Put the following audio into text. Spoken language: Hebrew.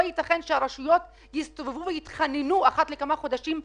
לא יתכן שהרשויות יסתובבו ויתחננו אחת לכמה חודשים לתקציבים.